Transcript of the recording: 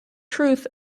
truth